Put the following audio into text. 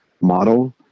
model